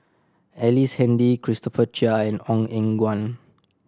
Ellice Handy Christopher Chia and Ong Eng Guan